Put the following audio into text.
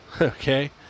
Okay